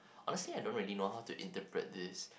honestly I don't really know how to interpret this